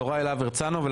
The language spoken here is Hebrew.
יוראי להב הרצנו, בבקשה.